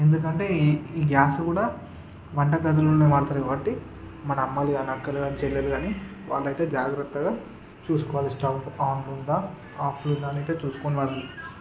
ఎందుకంటే ఈ ఈ గ్యాస్ కూడా వంటగదులలో వాడుతారు కాబట్టి మన అమ్మలు కాని అక్కలు కాని చెల్లెలు కాని వాళ్ళు అయితే జాగ్రత్తగా చూసుకోవాలి స్టవ్ ఆన్లో ఉందా ఆఫ్లో ఉందా అని అయితే చూసుకొని వాడాలి